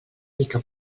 mica